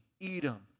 Edom